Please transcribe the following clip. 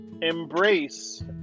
embrace